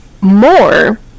more